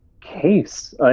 case